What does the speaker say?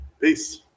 Peace